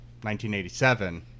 1987